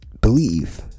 believe